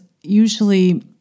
usually